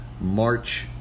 March